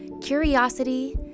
curiosity